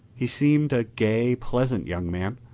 he seemed a gay, pleasant young man.